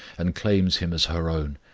and claims him as her own.